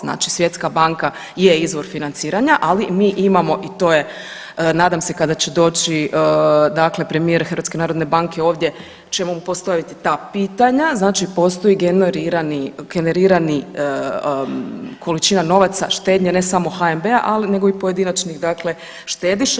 Znači Svjetska banka je izvor financiranja, ali mi imamo i to je nadam se kada će doći premijer HNB-a ovdje ćemo mu postaviti ta pitanja, znači postoji generirana količina novaca štednje, ne samo HNB-a nego i pojedinačnih štediša.